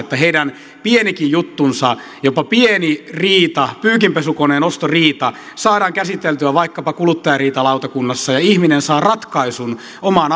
että heidän pienikin juttunsa jopa pieni riita pyykinpesukoneen ostoriita saadaan käsiteltyä vaikkapa kuluttajariitalautakunnassa ja ihminen saa ratkaisun omaan